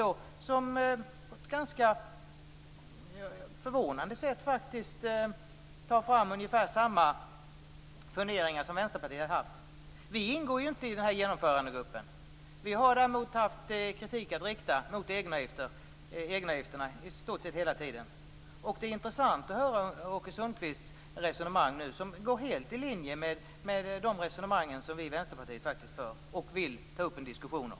På ett ganska förvånande sätt tar han fram ungefär samma funderingar som Vänsterpartiet har haft. Vi ingår inte i genomförandegruppen. Vi har däremot haft kritik att rikta mot egenavgifterna i stort sett hela tiden. Det är intressant att höra Åke Sundqvists resonemang som går helt i linje med de resonemang som vi i Vänsterpartiet för och vill ta upp en diskussion om.